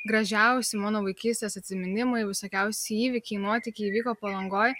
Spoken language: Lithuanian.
gražiausi mano vaikystės atsiminimai visokiausi įvykiai nuotykiai įvyko palangoj